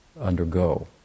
undergo